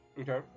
Okay